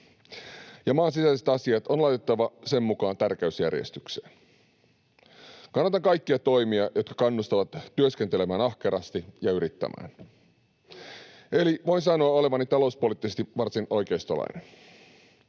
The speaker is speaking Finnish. ja maan sisäiset asiat on laitettava sen mukaan tärkeysjärjestykseen. Kannatan kaikkia toimia, jotka kannustavat työskentelemään ahkerasti ja yrittämään. [Tuomas Kettunen: Hyvä!] Eli voin sanoa olevani talouspoliittisesti varsin oikeistolainen.